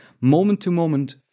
moment-to-moment